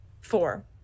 four